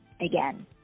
again